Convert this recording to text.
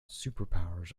superpowers